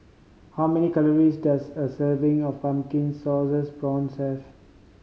how many calories does a serving of pumpkin sauces prawns have